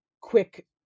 quick